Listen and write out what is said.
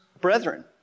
brethren